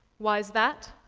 why is that?